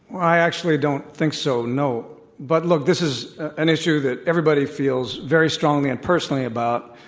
i actually don't think so. no. but look, this is an issue that everybody feels very strongly and personally about.